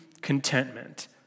contentment